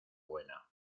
buena